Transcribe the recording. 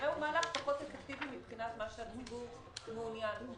כנראה הוא מהלך פחות אפקטיבי מבחינת מה שהציבור מעוניין בו.